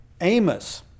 Amos